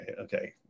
okay